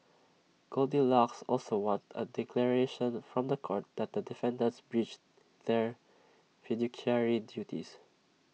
goldilocks also wants A declaration from The Court that the defendants breached their fiduciary duties